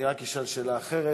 אני רק אשאל שאלה אחרת,